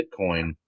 Bitcoin